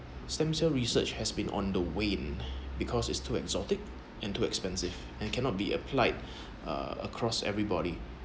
stem cell research has been on the win because is too exotic and too expensive and cannot be applied uh across everybody